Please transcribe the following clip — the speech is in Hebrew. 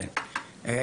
כן.